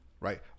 right